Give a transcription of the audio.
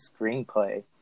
Screenplay